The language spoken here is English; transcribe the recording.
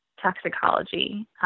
toxicology